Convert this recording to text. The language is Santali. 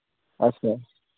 ᱟᱪᱪᱷᱟ